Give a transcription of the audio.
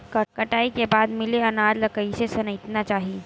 कटाई के बाद मिले अनाज ला कइसे संइतना चाही?